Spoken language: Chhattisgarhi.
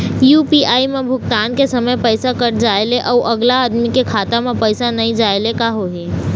यू.पी.आई म भुगतान के समय पैसा कट जाय ले, अउ अगला आदमी के खाता म पैसा नई जाय ले का होही?